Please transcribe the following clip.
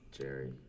jerry